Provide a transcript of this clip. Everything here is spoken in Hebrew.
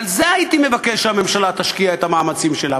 בזה הייתי מבקש שהממשלה תשקיע את המאמצים שלה,